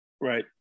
Right